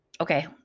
okay